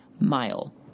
mile